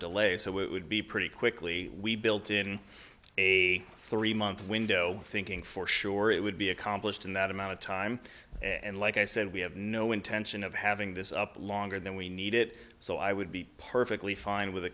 delay so it would be pretty quickly we built in a three month window thinking for sure it would be accomplished in that amount of time and like i said we have no intention of having this up longer than we need it so i would be perfectly fine with